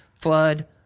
flood